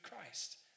Christ